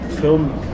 film